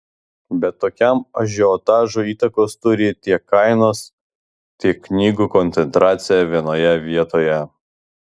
bet tokiam ažiotažui įtakos turi tiek kainos tiek knygų koncentracija vienoje vietoje